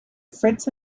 fitz